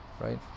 right